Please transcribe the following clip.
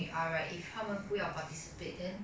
ya so it was most of the time very